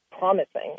promising